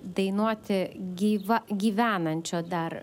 dainuoti gyva gyvenančio dar